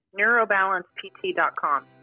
NeuroBalancePT.com